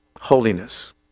holiness